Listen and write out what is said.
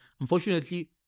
unfortunately